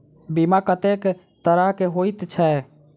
बीमा कत्तेक तरह कऽ होइत छी?